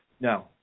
No